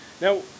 Now